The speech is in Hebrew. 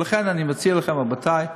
ולכן אני מציע לכם, רבותי: